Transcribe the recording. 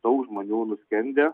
daug žmonių nuskendę